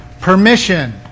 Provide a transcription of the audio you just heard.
permission